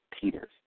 Peters